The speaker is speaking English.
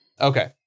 Okay